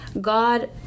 God